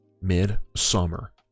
Mid-Summer